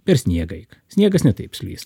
per sniegą eik sniegas ne taip slys